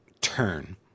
turn